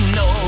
no